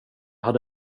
hade